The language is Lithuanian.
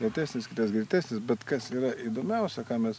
lėtesnis kitas greitesnis bet kas yra įdomiausia ką mes